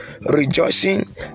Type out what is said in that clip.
rejoicing